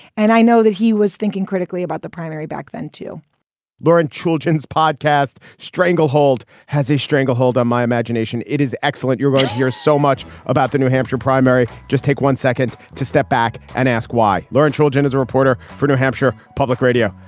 and i know that he was thinking critically about the primary back then to lauren children's podcast, stranglehold has a stranglehold on my imagination. it is excellent. you're right here. so much about the new hampshire primary. just take one second to step back and ask why. lauren treloggen is a reporter for new hampshire public radio.